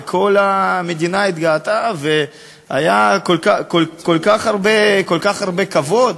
וכל המדינה התגאתה והיה כל כך הרבה כבוד.